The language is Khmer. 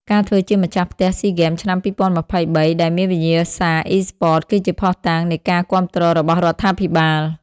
ការធ្វើជាម្ចាស់ផ្ទះស៊ីហ្គេមឆ្នាំ២០២៣ ដែលមានវិញ្ញាសាអុីស្ព័ត គឺជាភស្តុតាងនៃការគាំទ្ររបស់រដ្ឋាភិបាល។